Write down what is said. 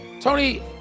Tony